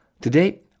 Today